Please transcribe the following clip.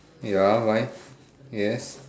ya why yes